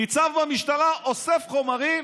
ניצב במשטרה אוסף חומרים